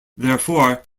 therefore